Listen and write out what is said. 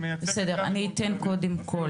והיא מייצגת גם את דרום תל אביב,